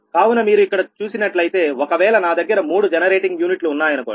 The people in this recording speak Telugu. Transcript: కావున మీరు ఇక్కడ చూసినట్లయితే ఒకవేళ నా దగ్గర మూడు జనరేటింగ్ యూనిట్లు ఉన్నాయనుకోండి